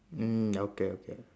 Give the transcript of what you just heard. mm okay okay